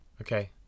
Okay